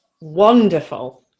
wonderful